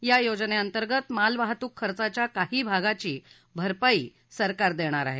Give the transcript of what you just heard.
या योजनेअंतर्गत मालवाहतूक खर्चाच्या काही भागाची भरपाई सरकार देणार आहे